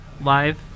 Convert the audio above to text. live